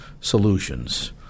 solutions